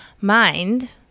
mind